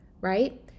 right